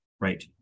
Right